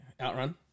Outrun